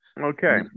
okay